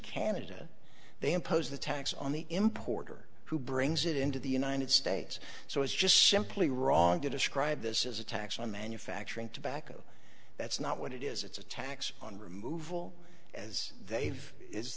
canada they impose the tax on the importer who brings it into the united states so it's just simply wrong to describe this as a tax on manufacturing tobacco that's not what it is it's a tax on removal as they've is